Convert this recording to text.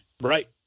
Right